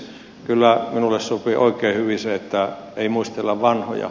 kyllä minulle sopii oikein hyvin se että ei muistella vanhoja